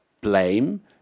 blame